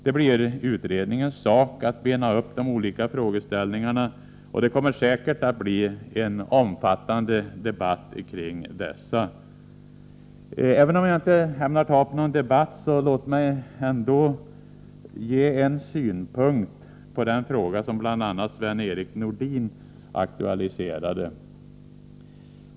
Det blir utredningens sak att bena upp de olika frågeställningarna, och det kommer säkert att bli en omfattande debatt kring dessa. Även om jag alltså inte ämnar ta upp någon debatt, så vill jag ändå anföra en synpunkt på den fråga som bl.a. Sven-Erik Nordin aktualiserat.